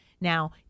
Now